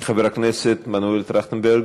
חבר הכנסת מנואל טרכטנברג,